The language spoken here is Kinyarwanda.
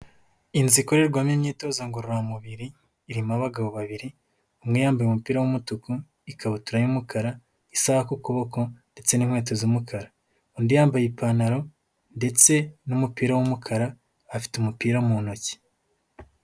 Inzu ikorerwamo imyitozo ngororamubiri irimo abagabo babiri umwe yambaye umupira w'umutuku, ikabutura y'umukara, isaha ku kuboko ndetse n'inkweto z'umukara, undi yambaye ipantaro ndetse n'umupira w'umukara afite umupira mu ntoki.